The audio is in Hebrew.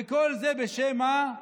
וכל זה בשם מה?